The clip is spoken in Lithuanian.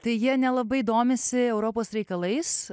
tai jie nelabai domisi europos reikalais